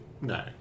No